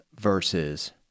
verses